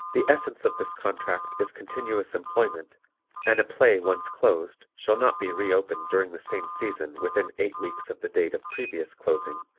the essence of this contract is continuous employment and a play once closed shall not be re-opened during the same season within eight weeks of the date of previous closing,